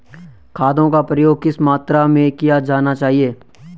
खादों का प्रयोग किस मात्रा में किया जाना चाहिए?